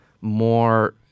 more